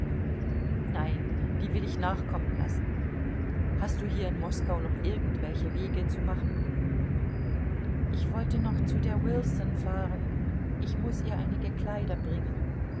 nein die will ich nachkommen lassen hast du hier in moskau noch irgendwelche wege zu machen ich wollte noch zu der wilson fahren ich muß ihr einige kleider bringen